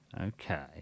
Okay